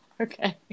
Okay